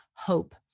hope